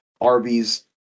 arby's